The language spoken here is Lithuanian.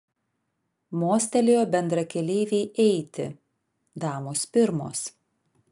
mostelėjo bendrakeleivei eiti damos pirmos